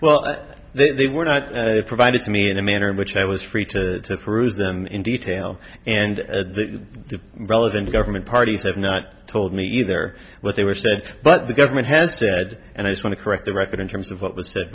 well they were not provided to me in the manner in which i was free to peruse them in detail and the relevant government parties have not told me either what they were said but the government has said and i just want to correct the record in terms of what was